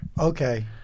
Okay